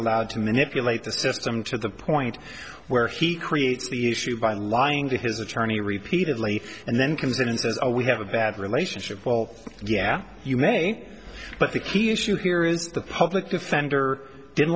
allowed to manipulate the system to the point where he creates the issue by lying to his attorney repeated later and then comes in and says we have a bad relationship well yeah you may but the key issue here is the public defender didn't